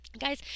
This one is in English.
Guys